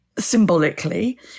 symbolically